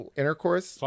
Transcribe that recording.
intercourse